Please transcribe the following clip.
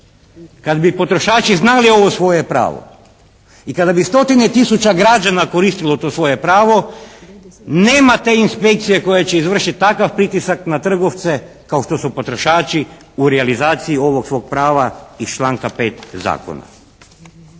Kad bi potrošači znali ovo svoje pravo i kada bi stotine tisuća građana koristilo to svoje pravo nema te inspekcije koja će izvršiti takav pritisak na trgovce kao što su potrošači u realizaciji ovog svog prava iz članka 5. zakona.